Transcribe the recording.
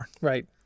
Right